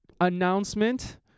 announcement